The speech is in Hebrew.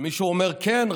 כשמישהו אומר: כן,